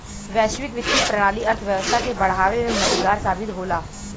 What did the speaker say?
वैश्विक वित्तीय प्रणाली अर्थव्यवस्था के बढ़ावे में मददगार साबित होला